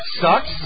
sucks